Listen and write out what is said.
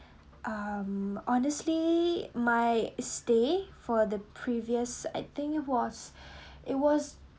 um honestly my stay for the previous I think was it was